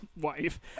wife